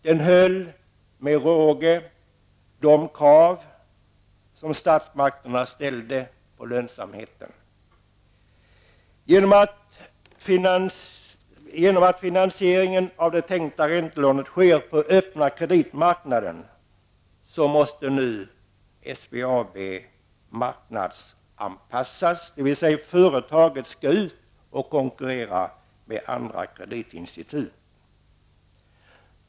Det höll, med råge, de krav som statsmakterna ställde på lönsamheten. Genom att finansieringen av det tänkta räntelånet sker på den öppna kreditmarknaden måste SBAB nu marknadsanpassas, dvs. företaget skall ut och konkurrera med andra kreditinstitut.